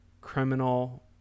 criminal